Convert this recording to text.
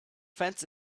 fence